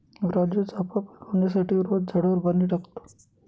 राजू चाफा पिकवण्यासाठी रोज झाडावर पाणी टाकतो